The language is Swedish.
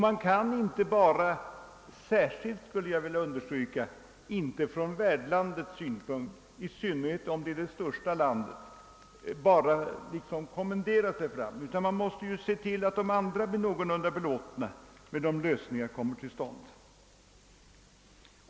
Man kan inte bara från värdlandets sida — särskilt inte, skulle jag vilja understryka, om det är det största landet — kommendera sig fram, utan man måste se till att de andra också blir någorlunda belåtna med de lösningar som kommer till stånd.